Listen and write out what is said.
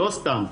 לא סתם.